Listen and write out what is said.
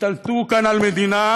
השתלטו כאן על המדינה